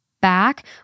back